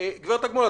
גברת אגמון,